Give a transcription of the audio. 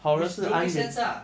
which don't make sense lah